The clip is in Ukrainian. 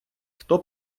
хто